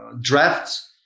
drafts